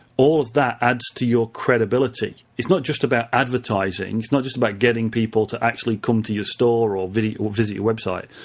all of that adds to your credibility. it's not just about advertising, it's not just about getting people to actually come to your store or visit or visit your website.